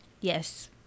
Yes